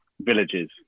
villages